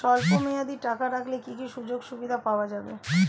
স্বল্পমেয়াদী টাকা রাখলে কি কি সুযোগ সুবিধা পাওয়া যাবে?